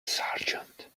sergeant